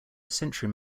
century